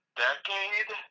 decade